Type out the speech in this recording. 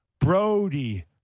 brody